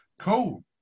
Cool